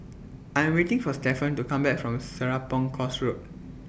I Am waiting For Stefan to Come Back from Serapong Course Road